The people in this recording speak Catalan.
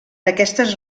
aquestes